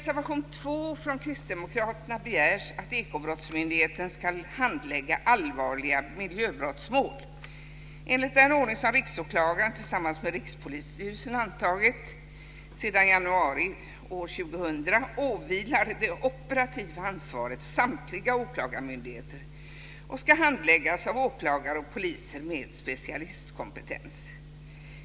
Ekobrottsmyndigheten ska handlägga allvarliga miljöbrottsmål. Enligt den ordning som Riksåklagaren tillsammans med Rikspolisstyrelsen antagit sedan januari år 2000 åvilar det operativa ansvaret samtliga åklagarmyndigheter och ska handläggas av åklagare och poliser med specialistkompetens.